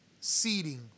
seating